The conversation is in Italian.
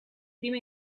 prima